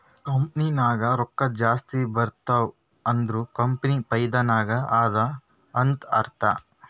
company ನಾಗ್ ರೊಕ್ಕಾ ಜಾಸ್ತಿ ಬರ್ತಿವ್ ಅಂದುರ್ ಕಂಪನಿ ಫೈದಾ ನಾಗ್ ಅದಾ ಅಂತ್ ಅರ್ಥಾ